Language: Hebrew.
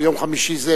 ביום חמישי הזה,